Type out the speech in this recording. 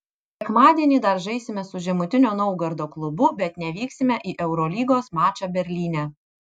sekmadienį dar žaisime su žemutinio naugardo klubu bet nevyksime į eurolygos mačą berlyne